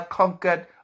conquered